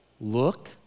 Look